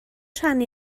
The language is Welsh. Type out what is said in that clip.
rhannu